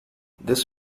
this